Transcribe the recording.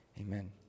Amen